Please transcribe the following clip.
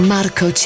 Marco